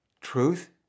Truth